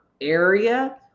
area